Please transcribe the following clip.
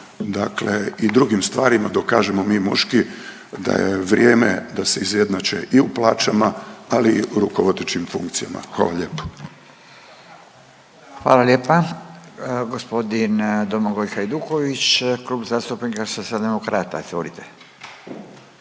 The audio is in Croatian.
i drugim stvarima dokažemo mi muški da je vrijeme da se izjednače i u plaćama, ali i u rukovodećim funkcijama. Hvala lijepo. **Radin, Furio (Nezavisni)** Hvala lijepa. Gospodin Domagoj Hajduković Klub zastupnika Socijaldemokrata. Izvolite.